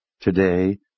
Today